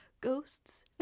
Ghosts